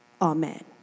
Amen